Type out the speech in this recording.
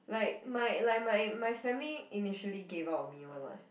like my like my my family initially gave up on me [one] [what]